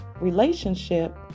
relationship